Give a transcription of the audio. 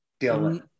Dylan